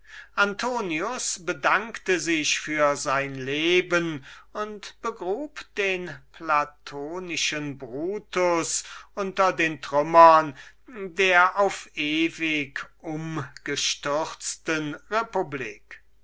antonius bedankte sich für sein leben und begrub den platonischen brutus unter den trümmern der auf ewig umgestürzten republik